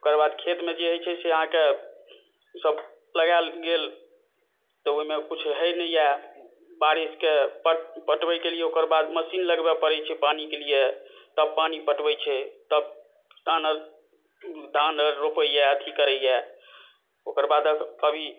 ओकर बाद खेतमे जे होइ छै अहाँकेँ सभ लगायल गेल तऽ ओहिमे किछु होइ नहि यऽ बारिशके पटबैके लिए ओकर बाद मशीन लगबै पड़ै छियै पानिके लिए तब पानि पटबै छै तब अन्न आर धान आर रोपैए अथी करैए ओकर बाद अभी